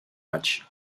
matchs